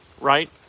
right